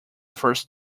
first